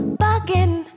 bugging